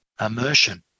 immersion